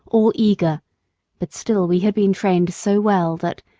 all eager but still we had been trained so well that,